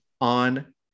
on